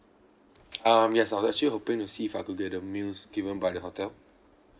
um yes I was actually hoping to see if I could get the meals given by the hotel